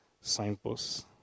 signposts